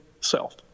self